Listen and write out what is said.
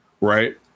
right